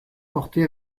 portée